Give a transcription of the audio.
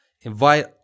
invite